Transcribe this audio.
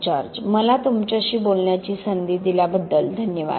George मला तुमच्याशी बोलण्याची संधी दिल्याबद्दल धन्यवाद